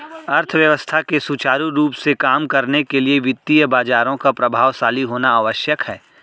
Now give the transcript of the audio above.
अर्थव्यवस्था के सुचारू रूप से काम करने के लिए वित्तीय बाजारों का प्रभावशाली होना आवश्यक है